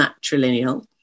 matrilineal